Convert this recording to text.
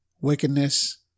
wickedness